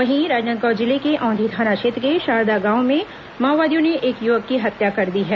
वहीं राजनांदगांव जिले के औंधी थाना क्षेत्र के शारदा गांव में माओवादियों ने एक युवक की हत्या कर दी है